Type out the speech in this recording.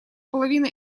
половины